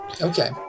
Okay